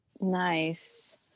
Nice